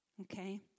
Okay